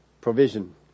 provision